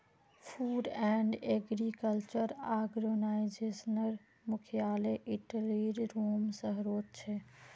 food and agriculture आर्गेनाईजेशनेर मुख्यालय इटलीर रोम शहरोत छे